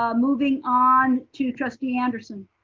um moving on to trustee anderson.